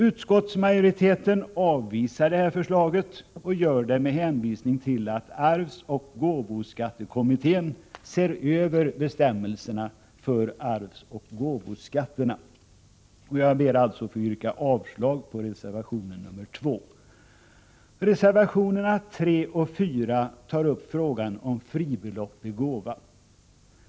Utskottsmajoriteten avvisar förslaget med hänvisning till att arvsoch gåvoskattekommittén ser över bestämmelserna för arvsoch gåvoskatterna. Jag ber alltså att få yrka avslag på reservation nr 2. Reservationerna 3 och 4 tar upp frågan om fribelopp vid gåva.